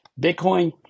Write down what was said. Bitcoin